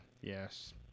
yes